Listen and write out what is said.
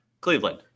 Cleveland